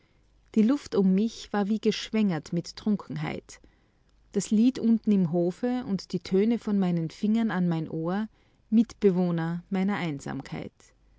die luft um mich war wie geschwängert mit trunkenheit das lied unten im hofe und die töne von meinen fingern an mein ohr mitbewohner meiner einsamkeit